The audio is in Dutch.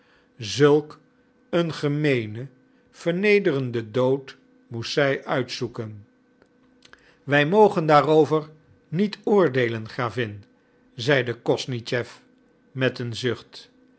zulk een gemeenen vernederenden dood moest zij uitzoeken wij mogen daarover niet oordeelen gravin zeide kosnischew met een zucht